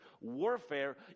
warfare